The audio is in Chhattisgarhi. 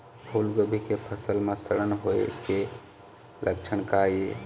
फूलगोभी के फसल म सड़न होय के लक्षण का ये?